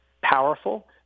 powerful